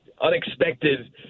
unexpected